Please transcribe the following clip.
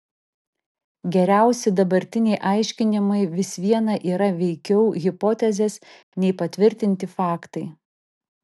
geriausi dabartiniai aiškinimai vis viena yra veikiau hipotezės nei patvirtinti faktai